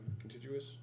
contiguous